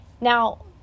Now